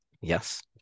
Yes